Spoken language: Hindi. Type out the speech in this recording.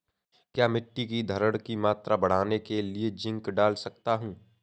क्या मिट्टी की धरण की मात्रा बढ़ाने के लिए जिंक डाल सकता हूँ?